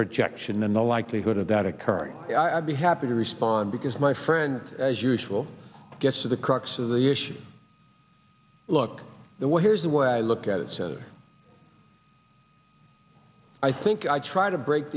projection and the likelihood of that occurring i'd be happy to respond because my friend as usual gets to the crux of the issue look the way here's the way i look at it senator i think i try to break